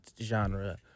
genre